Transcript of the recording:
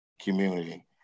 community